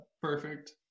perfect